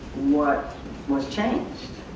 what was changed